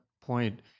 point